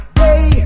hey